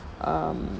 um